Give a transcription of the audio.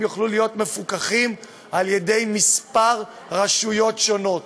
יוכלו להיות מפוקחים על-ידי כמה רשויות שונות,